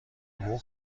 حقوق